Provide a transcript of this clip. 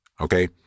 okay